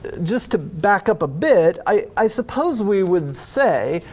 just to back up a bit, i suppose we would say,